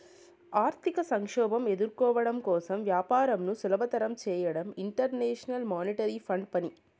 ఆర్థిక సంక్షోభం ఎదుర్కోవడం కోసం వ్యాపారంను సులభతరం చేయడం ఇంటర్నేషనల్ మానిటరీ ఫండ్ పని